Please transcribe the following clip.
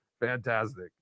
fantastic